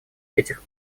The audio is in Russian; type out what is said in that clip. этих